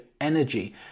energy